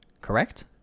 correct